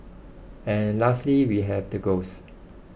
and lastly we have the ghosts